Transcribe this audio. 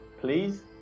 please